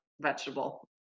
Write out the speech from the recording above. vegetable